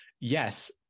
Yes